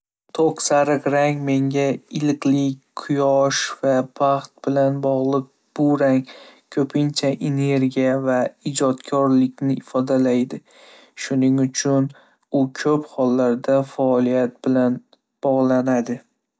To'q sariq rang menga iliqlik, quyosh va baxt bilan bog'liq. Bu rang ko'pincha energiya va ijodkorlikni ifodalaydi, shuning uchun u ko'p hollarda faoliyat bilan bog'lanadi.